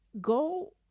go